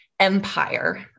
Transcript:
empire